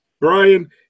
Brian